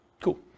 Cool